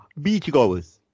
beachgoers